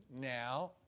now